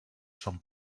some